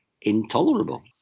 intolerable